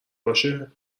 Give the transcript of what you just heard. باشه